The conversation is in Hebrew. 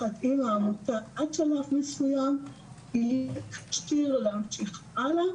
והכוונה היא גם להקים וועדת יישום קבוע בתוך משרד הבריאות,